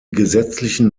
gesetzlichen